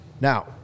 Now